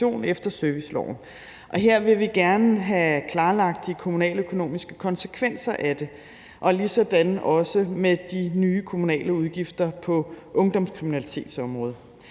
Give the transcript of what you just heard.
efter serviceloven, og her vil vi gerne have klarlagt de kommunaløkonomiske konsekvenser af det og ligesådan også med de nye kommunale udgifter på ungdomskriminalitetsområdet.